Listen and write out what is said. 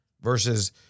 versus